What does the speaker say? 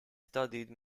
studied